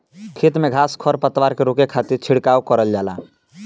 खेत में घास खर पतवार के रोके खातिर छिड़काव करल जाला